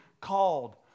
called